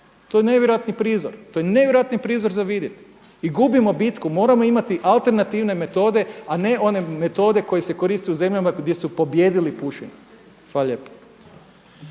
To je nevjerojatni prizor, to je nevjerojatni prizor za vidjeti. I gubimo bitku, moramo imati alternativne metode a ne one metode koje se koriste u zemljama gdje su pobijedili pušenje. Hvala lijepa.